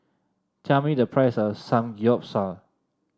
tell me the price of Samgeyopsal